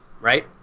right